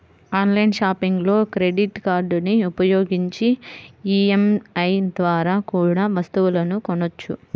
online షాపింగ్లో credit కార్డులని ఉపయోగించి ఈ.ఎం.ఐ ద్వారా కూడా వస్తువులను కొనొచ్చు